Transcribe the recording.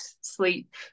sleep